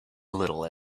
little